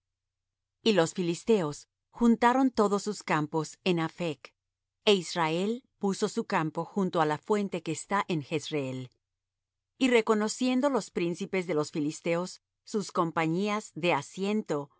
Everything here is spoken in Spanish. y los filisteos juntaron todos sus campos en aphec é israel puso su campo junto á la fuente que está en jezreel y reconociendo los príncipes de los filisteos sus compañías de